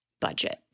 budget